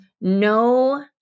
no